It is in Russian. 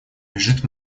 лежит